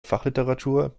fachliteratur